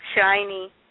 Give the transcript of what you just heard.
shiny